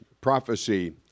prophecy